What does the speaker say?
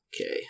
Okay